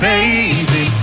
Baby